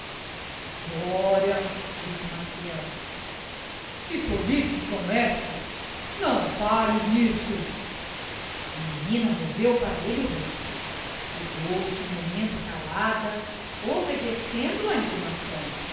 gloria disse maciel que tolices são essas não fales n'isso a menina moveu para elle o rosto quedou-se um momento calada obedecendo á intimação